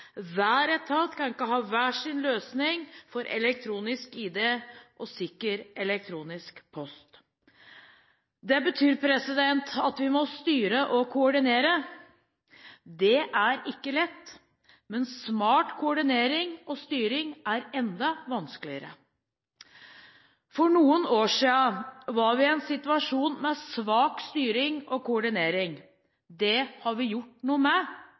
Hver etat kan ikke ha hver sin løsning for elektronisk ID og sikker elektronisk post. Det betyr at vi må styre og koordinere. Det er ikke lett, men smart koordinering og styring er enda vanskeligere. For noen år siden var vi i en situasjon med svak styring og koordinering. Det har vi gjort noe med.